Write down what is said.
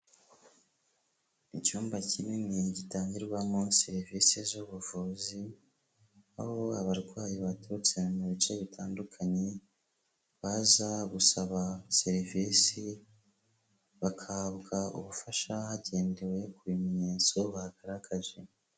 Icyumba kinini gitangirwamo serivisi z'ubuvuzi, aho abarwayi baturutse mu bice bitandukanye, baza gusaba serivisi, bagahabwa ubufasha hagendewe ku bimenyetso bagaragaje.